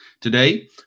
Today